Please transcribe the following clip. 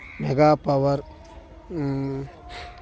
mega power